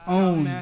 own